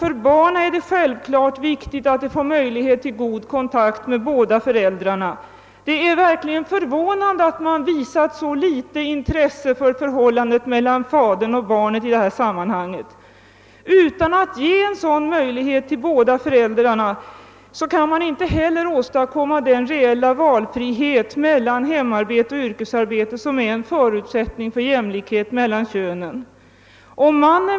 För barnen är det självfallet viktigt att de får god kontakt med båda föräldrarna. Det är förvånande att man har så litet intresse för förhållandet mellan fadern och barnet i detta sammanhang. Utan att ge denna möjlighet till båda föräldrarna kan man inte heller åstadkomma den reella valfrihet mellan hemarbete och yrkesarbete som är en förutsättning för jämlikhet mellan könen.